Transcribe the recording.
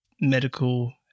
medical